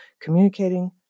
communicating